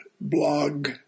blog